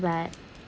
but